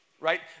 Right